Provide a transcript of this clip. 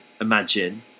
imagine